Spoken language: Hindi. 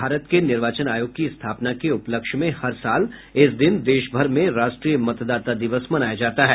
भारत के निर्वाचन आयोग की स्थापना के उपलक्ष्य में हर साल इस दिन देशभर में राष्ट्रीय मतदाता दिवस मनाया जाता है